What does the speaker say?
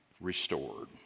restored